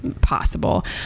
possible